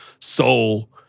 soul